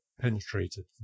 penetrated